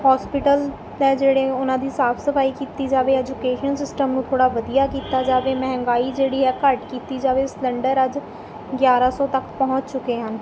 hospital ਹੈ ਜਿਹੜੇ ਉਹਨਾਂ ਦੀ ਸਾਫ਼ ਸਫ਼ਾਈ ਕੀਤੀ ਜਾਵੇ ਐਜੂਕੇਸ਼ਨ ਸਿਸਟਮ ਨੂੰ ਥੋੜ੍ਹਾ ਵਧੀਆ ਕੀਤਾ ਜਾਵੇ ਮਹਿੰਗਾਈ ਜਿਹੜੀ ਹੈ ਘੱਟ ਕੀਤੀ ਜਾਵੇ ਸਲੰਡਰ ਅੱਜ ਗਿਆਰ੍ਹਾਂ ਸੌ ਤੱਕ ਪਹੁੰਚ ਚੁੱਕੇ ਹਨ